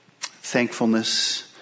thankfulness